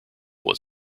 was